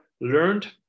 learned